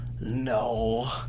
No